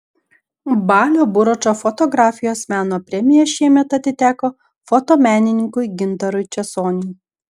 balio buračo fotografijos meno premija šiemet atiteko fotomenininkui gintarui česoniui